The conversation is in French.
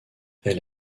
elle